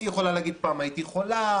היא יכולה להגיד: פעם הייתי חולה,